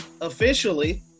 officially